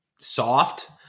soft